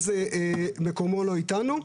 אז מקומו לא איתנו.